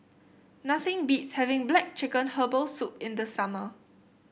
nothing beats having black chicken Herbal Soup in the summer